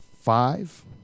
five